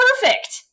perfect